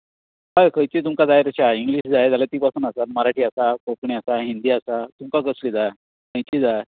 हय खंयचीं तुमकां जाय तशीं आह इंग्लीश तुमकां जाय जाल्यार तीं पासून आसात मराठी आसा कोंकणी आसा हिंदी आसा तुमकां कसलीं जाय खंयचीं जाय